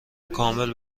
کامل